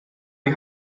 die